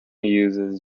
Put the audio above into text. uses